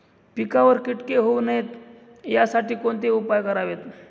पिकावर किटके होऊ नयेत यासाठी कोणते उपाय करावेत?